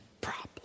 problem